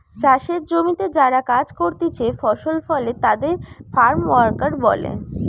চাষের জমিতে যারা কাজ করতিছে ফসল ফলে তাদের ফার্ম ওয়ার্কার বলে